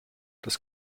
das